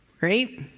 Right